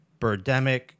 Birdemic